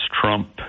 Trump